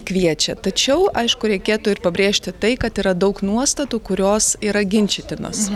kviečia tačiau aišku reikėtų ir pabrėžti tai kad yra daug nuostatų kurios yra ginčytinos